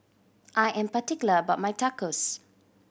I am particular about my Tacos